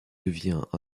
devient